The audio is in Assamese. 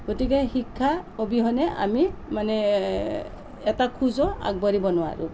গতিকে শিক্ষা অবিহনে আমি মানে এটা খোজো আগবাঢ়িব নোৱাৰোঁ